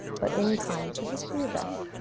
but in time, so just do your best.